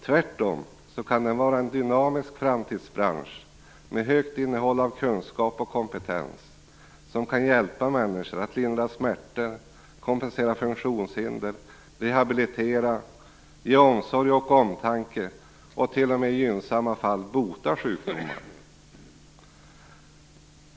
Tvärtom kan den vara en dynamisk framtidsbransch med högt innehåll av kunskap och kompetens, som kan hjälpa människor att lindra smärta, kompensera funktionshinder, rehabilitera, ge omsorg och omtanke och t.o.m. i gynnsamma fall bota sjukdomar.